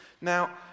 Now